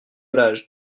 l’âge